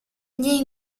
gli